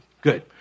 Good